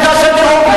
העדה שלי עובדים,